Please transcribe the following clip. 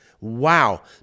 Wow